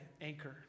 anchor